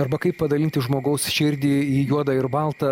arba kaip padalinti žmogaus širdį į juoda ir balta